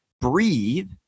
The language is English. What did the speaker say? breathe